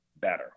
better